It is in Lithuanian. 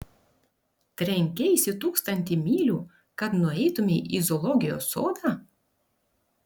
trenkeisi tūkstantį mylių kad nueitumei į zoologijos sodą